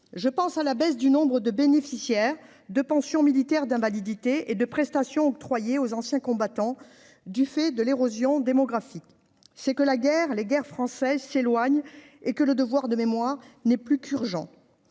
je pense à la baisse du nombre de bénéficiaires de pensions militaires d'invalidité et de prestations octroyées aux anciens combattants, du fait de l'érosion démographique, c'est que la guerre, les guerres françaises s'éloigne et que le devoir de mémoire n'est plus qu'urgent,